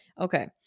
Okay